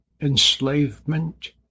enslavement